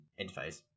interface